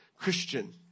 Christian